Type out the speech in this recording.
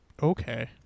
Okay